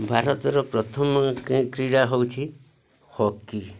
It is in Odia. ଭାରତର ପ୍ରଥମ କ୍ରୀଡ଼ା ହେଉଛି ହକି